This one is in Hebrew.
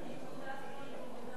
בעד, 23, אין מתנגדים,